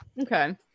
Okay